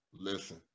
Listen